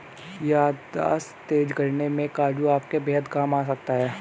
याददाश्त तेज करने में काजू आपके बेहद काम आ सकता है